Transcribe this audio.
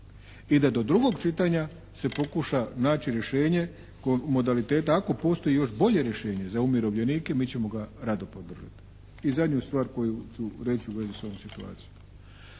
i da do drugog čitanja se pokuša naći rješenje modaliteta. Ako postoji još bolje rješenje za umirovljenike mi ćemo ga rado podržati. I zadnju stvar koju ću reći u vezi s ovom situacijom.